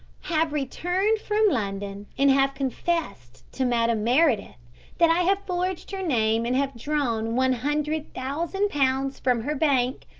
have returned from london, and have confessed to madame meredith that i have forged her name and have drawn one hundred thousand pounds from her bank